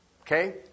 Okay